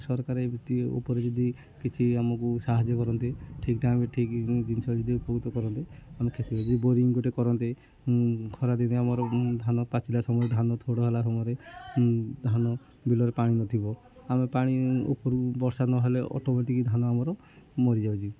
ସରକାର ଏମିତି ଉପରେ ଯଦି କିଛି ଆମକୁ ସାହାଯ୍ୟ କରନ୍ତେ ଠିକ୍ ଟାଇମ୍ରେ ଠିକ ଜିନିଷ ଯଦି ଉପକୃତ କରନ୍ତେ ଆମେ କ୍ଷେତରେ ଯଦି ବୋରିଙ୍ଗ୍ ଗୋଟେ କରନ୍ତେ ଖରା ଦିନେ ଆମର ଧାନ ପାଚିଲା ସମୟରେ ଧାନ ଥୋଡ଼ ହେଲା ସମୟରେ ଧାନ ବିଲରେ ପାଣି ନଥିବ ଆମେ ପାଣି ଉପରୁ ବର୍ଷା ନହେଲେ ଅଟୋମେଟିକ୍ ଧାନ ଆମର ମରିଯାଉଛି